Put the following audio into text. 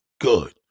good